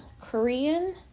Korean